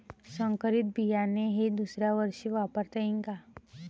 संकरीत बियाणे हे दुसऱ्यावर्षी वापरता येईन का?